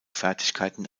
fertigkeiten